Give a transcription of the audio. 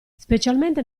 specialmente